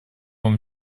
вам